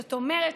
זאת אומרת,